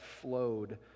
flowed